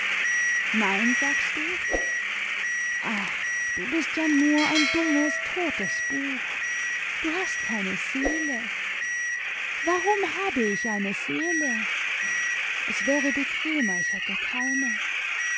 nein sagst du ach du bist ja nur ein dummes totes buch du hast keine seele warum habe ich eine seele es wäre bequemer ich hätte keine